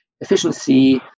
efficiency